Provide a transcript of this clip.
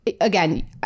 again